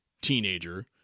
teenager